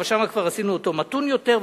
אבל שם כבר עשינו אותו מתון יותר,